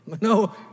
No